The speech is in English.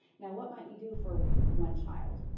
now what might we do for one child,